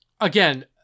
again